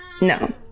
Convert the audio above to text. No